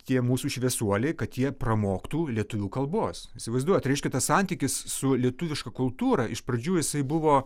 tie mūsų šviesuoliai kad jie pramoktų lietuvių kalbos įsivaizduojat reiškia tas santykis su lietuviška kultūra iš pradžių jisai buvo